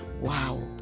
wow